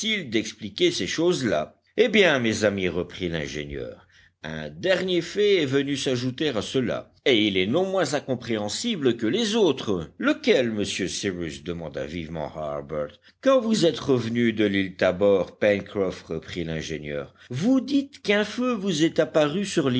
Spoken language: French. d'expliquer ces choses-là eh bien mes amis reprit l'ingénieur un dernier fait est venu s'ajouter à ceux-là et il est non moins incompréhensible que les autres lequel monsieur cyrus demanda vivement harbert quand vous êtes revenu de l'île tabor pencroff reprit l'ingénieur vous dites qu'un feu vous est apparu sur